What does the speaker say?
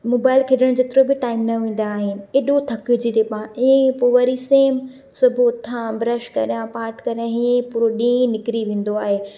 mobile खेॾणु जेतिरो बि टाइम न हूंदा आहिनि हेॾो थकिजी थी पवां इयं ई पोइ वरी सेम सुबुह जो उथां उथी करे ब्रश करियां पाठु करियां इअं ई पूरो ॾींहुं निकिरी वेंदो आहे